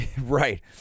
right